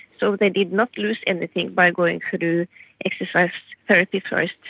so they did not lose anything by going through exercise therapy first.